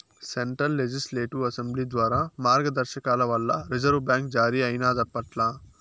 central legislative assembly ద్వారా మార్గదర్శకాల వల్ల రిజర్వు బ్యాంక్ జారీ అయినాదప్పట్ల